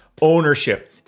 ownership